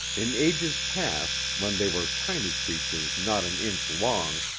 in ages past, when they were tiny creatures not an inch long,